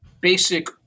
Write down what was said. basic